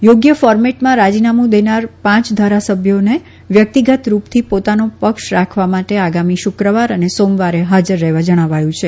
યોગ્ય ફોર્મેટમાં રાજીનામું દેનાર પાંચ ધારાસભ્યોને વ્યક્તિગત રૂપથી પોતાનો પક્ષ રાખવા માટે આગામી શુક્રવાર અને સોમવારે હાજર રહેવા જણાવાયું છે